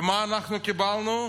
ומה אנחנו קיבלנו?